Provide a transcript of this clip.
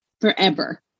Forever